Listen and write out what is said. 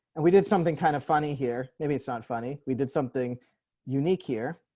and we did something kind of funny here. maybe it's not funny. we did something unique here.